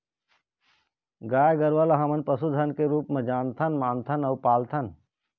गाय गरूवा ल हमन पशु धन के रुप जानथन, मानथन अउ पालथन